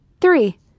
Three